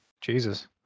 Jesus